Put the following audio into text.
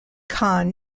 khan